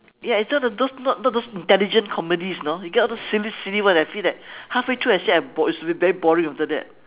ya it's all the those not not the intelligent comedies you know you get all those silly silly one I feel that half way through I see I bored should be very boring after that